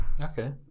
okay